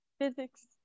physics